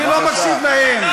אני לא מקשיב להם.